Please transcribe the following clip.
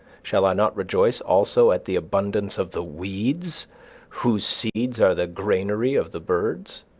shall i not rejoice also at the abundance of the weeds whose seeds are the granary of the birds?